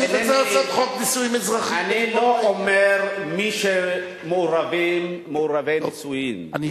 בשביל זה צריך לעשות חוק נישואים אזרחיים ולגמור את העניין.